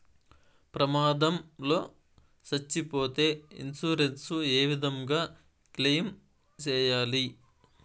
ప్రమాదం లో సచ్చిపోతే ఇన్సూరెన్సు ఏ విధంగా క్లెయిమ్ సేయాలి?